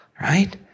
Right